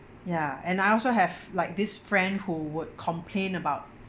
ya and I also have like this friend who would complain about